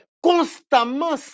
constamment